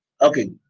Okay